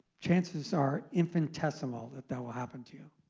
chances are infinitesimal that that will happen to